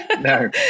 No